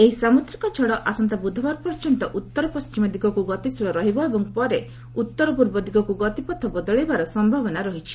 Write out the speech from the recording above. ଏହି ସାମୁଦ୍ରିକ ଝଡ଼ ଆସନ୍ତା ବୁଧବାର ପର୍ଯ୍ୟନ୍ତ ଉତ୍ତର ପଶ୍ଚିମ ଦିଗକୁ ଗତିଶୀଳ ରହିବ ଏବଂ ପରେ ଉତ୍ତରପୂର୍ବ ଦିଗକୁ ଗତିପଥ ବଦଳାଇବାର ସମ୍ଭାବନା ଅଛି